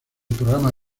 programa